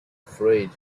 afraid